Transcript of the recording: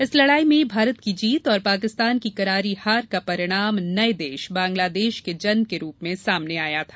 इस लड़ाई में भारत की जीत और पाकिस्तान की करारी हार का परिणाम नये देश बंगलादेश के जन्म के रूप में सामने आया था